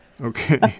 Okay